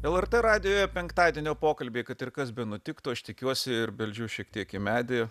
lrt radijuje penktadienio pokalbiai kad ir kas benutiktų aš tikiuosi ir beldžiu šiek tiek į medį